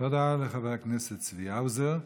תודה לחבר הכנסת צבי האוזר.